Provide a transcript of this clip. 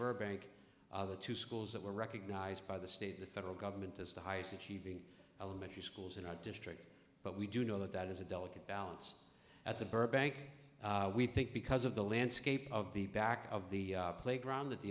burbank other two schools that were recognized by the state the federal government as the highest achieving elementary schools in our district but we do know that that is a delicate balance at the burbank we think because of the landscape of the back of the playground